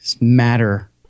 matter